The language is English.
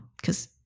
because-